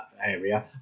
area